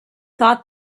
thought